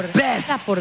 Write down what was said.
best